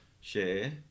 share